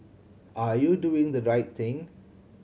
are you doing the right thing